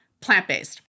plant-based